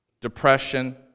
depression